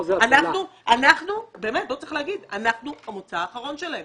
אנחנו המוצא האחרון שלהם.